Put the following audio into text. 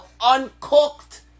uncooked